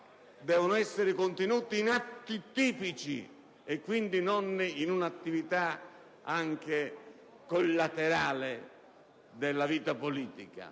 devono essere contenute in atti tipici, quindi non anche in un'attività collaterale della vita politica.